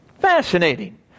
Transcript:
Fascinating